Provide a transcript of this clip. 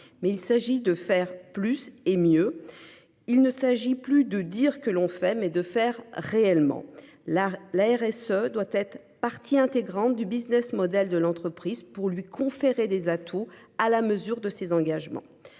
mais il s'agit de faire plus et mieux. Il ne s'agit plus de dire que l'on fait mais de faire réellement la la RSE doit être partie intégrante du Business model de l'entreprise pour lui conférer des atouts à la mesure de ses engagements.